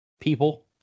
People